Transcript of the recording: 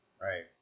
Right